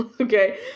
Okay